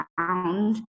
found